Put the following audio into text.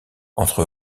entre